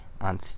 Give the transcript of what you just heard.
on